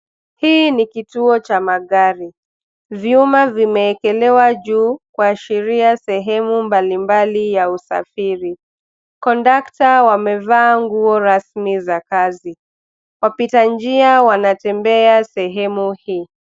Hii ni kituo cha magari. Vyuma vimeekelewa juu kuashiria sehemu mbali mbali ya usafiri. Kondukta wamevaa nguo rasmi za kazi. Wapita njia wanatembea sehemu hii.